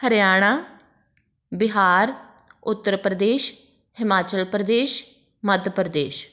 Haryana Bihar Uttar Pradesh Himachal Pradesh Madhya Pradesh